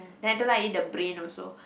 then I don't like eat the brain also